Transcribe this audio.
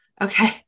okay